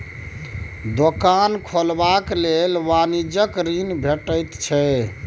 दोकान खोलबाक लेल वाणिज्यिक ऋण भेटैत छै